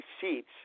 seats